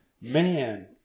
Man